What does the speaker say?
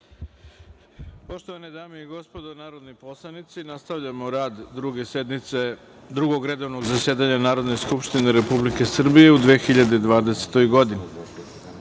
Poštovane dame i gospodo narodni poslanici, otvaram Drugu sednicu Drugog redovnog zasedanja Narodne skupštine Republike Srbije u 2020. godini. Na